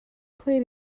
played